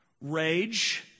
rage